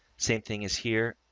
same thing as here,